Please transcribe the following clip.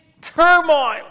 turmoil